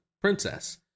princess